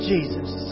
Jesus